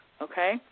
okay